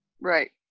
Right